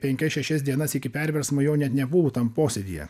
penkias šešias dienas iki perversmo jo net nebuvo tam posėdyje